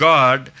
God